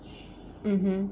mmhmm